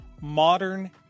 Modern